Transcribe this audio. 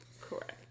correct